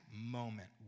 moment